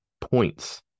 points